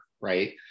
right